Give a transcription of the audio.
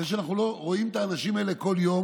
זה שאנחנו לא רואים את האנשים האלה כל יום